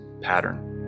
pattern